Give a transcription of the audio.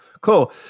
Cool